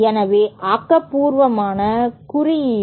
எனவே ஆக்கபூர்வமான குறுக்கீடு